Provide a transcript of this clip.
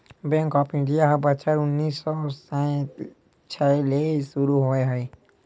bank of India ह बछर उन्नीस सौ छै ले सुरू होए हे